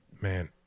Man